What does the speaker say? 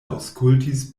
aŭskultis